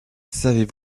savez